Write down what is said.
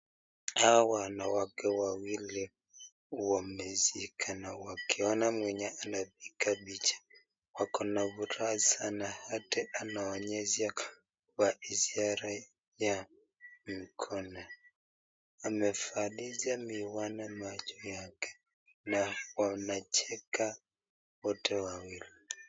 Hawa wanawake wawili wamezika na wakiona mwenye anapiga picha na furaha sana, wote wanaonyesha kwa ishara ya mkono, amevalisha miwani machi yake, na wanacheka wpte wawili.